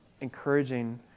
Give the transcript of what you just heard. encouraging